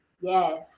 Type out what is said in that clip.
Yes